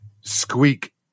squeak